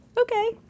okay